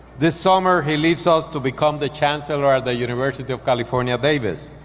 this summer, he leaves us to become the chancellor at the university of california, davis.